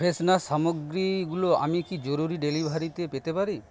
freshener সামগ্রী গুলো কি আমি জরুরি ডেলিভারিতে পেতে পারি